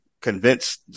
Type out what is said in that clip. convince